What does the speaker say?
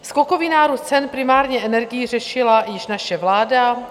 Skokový nárůst cen, primárně energií, řešila už naše vláda.